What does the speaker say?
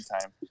time